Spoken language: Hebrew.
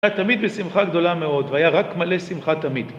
היה תמיד בשמחה גדולה מאוד והיה רק מלא שמחה תמיד